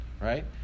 right